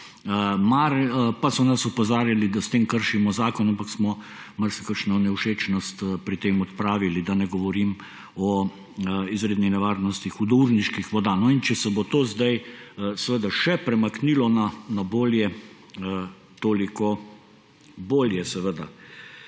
pa so nas opozarjali, da s tem kršimo zakon, ampak smo marsikakšno nevšečnost pri tem odpravili. Da ne govorim o izredni nevarnosti hudourniških voda. Če se bo to sedaj premaknilo na bolje, bo seveda